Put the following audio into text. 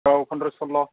औ फन्द्र सरल'